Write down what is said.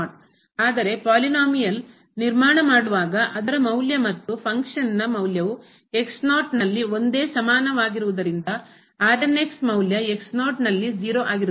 ಆದರೆ ಪಾಲಿನೋಮಿಯಲ್ ಬಹುಪದದ ನಿರ್ಮಾಣ ಮಾಡುವಾಗ ಅದರ ಮೌಲ್ಯ ಮತ್ತು ಫಂಕ್ಷನ್ನ ಕಾರ್ಯದ ಮೌಲ್ಯವು ನಲ್ಲಿ ಒಂದೇ ಸಮಾನವಾಗಿರುವುದರಿಂದ ಮೌಲ್ಯ ನಲ್ಲಿ 0 ಆಗಿರುತ್ತದೆ